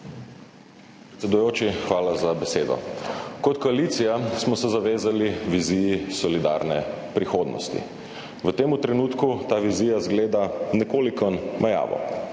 Predsedujoči, hvala za besedo. Kot koalicija smo se zavezali viziji solidarne prihodnosti. V tem trenutku ta vizija izgleda nekoliko majavo.